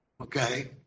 okay